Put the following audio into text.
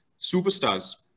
superstars